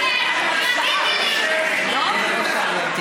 גברתי, אני בפעם השלישית מסבירה לך.